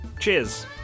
Cheers